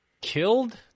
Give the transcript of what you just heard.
Killed